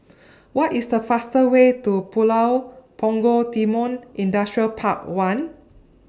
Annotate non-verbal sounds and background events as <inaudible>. <noise> What IS The fastest Way to Pulau Punggol Timor Industrial Park one